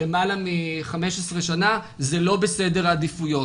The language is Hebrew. עלה מ-15 שנים זה לא בסדר העדיפויות.